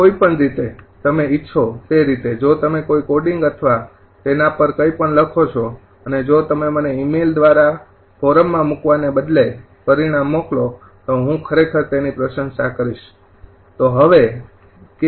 કોઈપણ રીતે તમે ઇચ્છો તે રીતે જો તમે કોઈ કોડિંગ અથવા તેના પર કંઈ પણ લખો છો અને જો તમે મને ઇમેઇલ દ્વારા ફોરમમાં મૂકવાને બદલે પરિણામ મોકલો તો હું ખરેખર તેની પ્રશંસા કરીશ